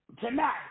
Tonight